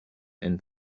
and